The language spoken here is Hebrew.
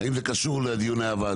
זה רבע שעה